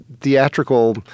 theatrical